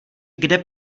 kde